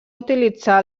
utilitzar